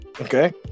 okay